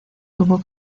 tuvo